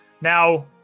Now